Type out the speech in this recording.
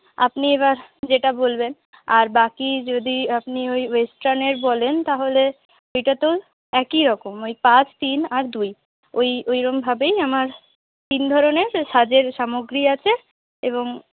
আপনি এবার যেটা বলবেন আর বাকি যদি আপনি ওই ওয়েস্টার্নের বলেন তাহলে সেটাতেও একইরকম ওই পাঁচ তিন আর দুই ওই ওইরম ভাবেই আমার তিন ধরনের সাজের সামগ্রী আছে এবং